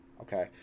okay